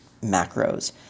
macros